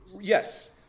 yes